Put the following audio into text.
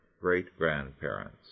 great-grandparents